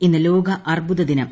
ഇന്ന് ലോക അർബുദ ദിനം